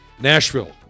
Nashville